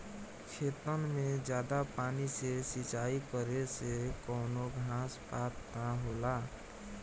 खेतन मे जादा पानी से सिंचाई करे से कवनो घास पात ना होला